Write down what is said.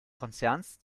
konzerns